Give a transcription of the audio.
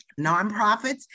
nonprofits